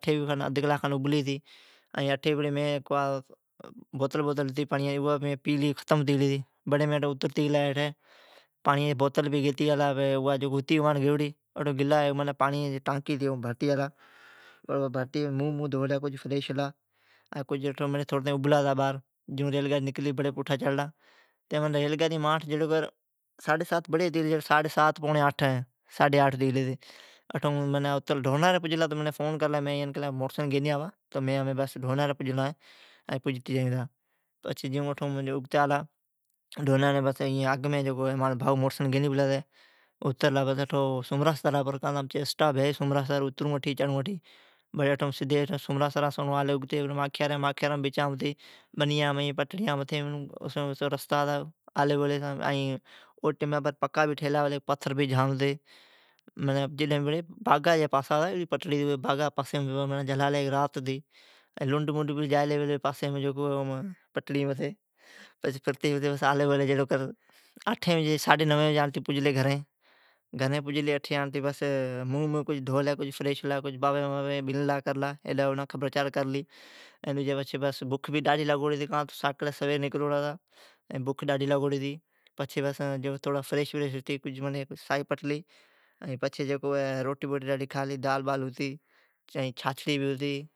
اٹھی ادھ کلاک کھان ابھلی، اٹھی مین بوتل پاڑین پیلی ھتی، ختم ھتی گلی ھتی، بڑی مین گلا جکو گیئوڑی بوتل ھتی اوا مین پاڑیا جی ٹانقی ھتی اویم مین بھرتی آلا ،مونھن دھولی فری ھلا بڑی تھڑتی باھر ابھلا ھتا، ریل گاڈی نکرلی بڑی چڑلا۔ بڑیئی منین ساڈھی سات پوڑین آٹھ ھتی گلی ائین مین ڈھورناری پجلا مین ایان فون کرلی مین ڈھورناری پجلا ہے تمین موٹرسائیکل گیتی آوا۔ اگمین مانجی بھائون موٹرسائیکل گیتی بیلی ھتی ائین مین اترلا سومرا سر، امچی اسٹاپ ہے اٹھی۔ امین اترون اٹھی چڑون اٹھی۔ اٹھوسومراسرا سون سون امی ماکھیاری بچمان ائین پٹڑیا جھلتی۔ اوٹیمان بر روڈبھی نوان ٹھیتا ھوی ائین ککری بھی بچھائوڑی جام ھوی۔ امین باغا جا پاسا جھللا ھتا ائین رات ھتی اوی پٹڑی بر لنڈ ڈجی بھی جایلی پلی۔ پچھی آلی بولی آٹھین نوین بجی آڑتی گھرین پجلی مونھن دھولی فریش ھلا ھیڈان ھوڈان بابین ھاتھ ڈیلا خبرچار کرلی۔ ائین بکھ بھی ڈاڈھی لاگوڑی ھتی کان تو ساکڑوکا نکروڑا ھتا بکھ ڈاڈھی لاگلی ھتی۔ فریش ھتی سائی پٹلی روٹی کھالی ائین دال ھتی چھاچھڑی ھتی۔